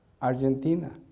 Argentina